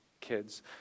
kids